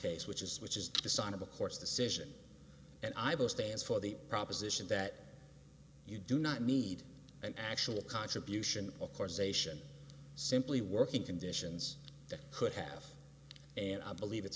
case which is which is the sign of a court's decision and i will stand for the proposition that you do not need an actual contribution of course ation simply working conditions that could have and i believe it's